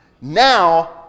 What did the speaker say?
Now